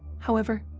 however,